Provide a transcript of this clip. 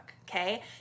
okay